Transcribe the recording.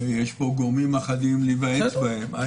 יש פה גורמים אחדים להיוועץ בהם.